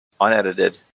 unedited